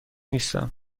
نیستم